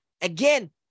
Again